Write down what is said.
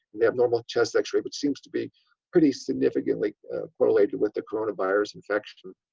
they have normal chest x-ray but seems to be pretty significantly correlated with the coronavirus infection.